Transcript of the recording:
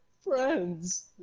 FRIENDS